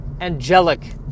angelic